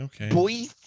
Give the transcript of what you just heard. Okay